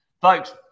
Folks